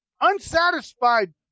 unsatisfied